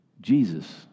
Jesus